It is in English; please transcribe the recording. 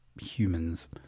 humans